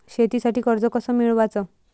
शेतीसाठी कर्ज कस मिळवाच?